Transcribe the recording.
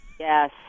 Yes